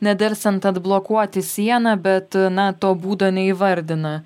nedelsiant atblokuoti sieną bet na to būdo neįvardina